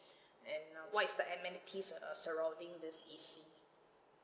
and uh what is the amenities uh surrounding this E_C